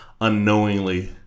unknowingly